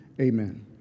Amen